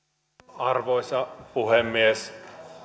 arvoisa puhemies